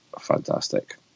fantastic